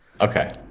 Okay